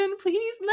please